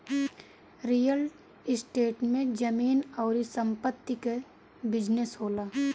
real estate में जमीन अउरी संपत्ति कअ बिजनेस होला